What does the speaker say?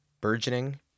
burgeoning